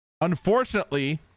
Unfortunately